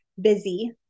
busy